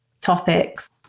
topics